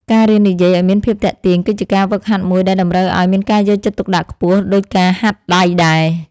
ការរៀននិយាយឱ្យមានភាពទាក់ទាញគឺជាការហ្វឹកហាត់មួយដែលតម្រូវឱ្យមានការយកចិត្តទុកដាក់ខ្ពស់ដូចការហាត់ដៃដែរ។